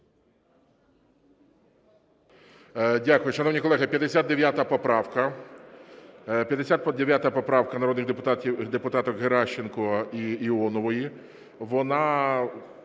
Дякую. Шановні колеги, 59 поправка народних депутаток Геращенко й Іонової.